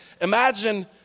Imagine